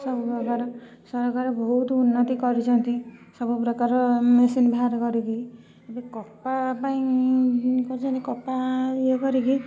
ସବୁ ପ୍ରକାର ସରକାର ବହୁତ ଉନ୍ନତି କରିଛନ୍ତି ସବୁ ପ୍ରକାର ମେସିନ୍ ବାହାର କରିକି ଏବେ କପା ପାଇଁ କରିଛନ୍ତି କପା ଇଏ କରିକି